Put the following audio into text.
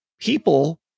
people